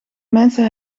mensen